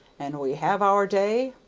and we have our day,